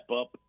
up